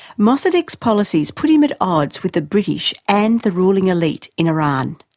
mossadeq's policies put him at odds with the british and the ruling elite in iran.